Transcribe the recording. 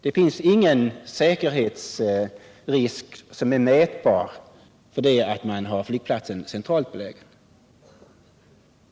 Det finns ingen säkerhetsrisk som är mätbar för att flygplatsen är centralt belägen.